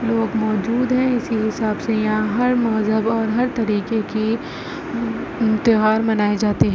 لوگ موجود ہیں اسی حساب سے یہاں ہر مذہب اور ہر طریقے کی تیوہار منائے جاتے ہیں